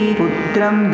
putram